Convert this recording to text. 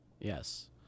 Yes